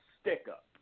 stick-up